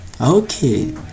Okay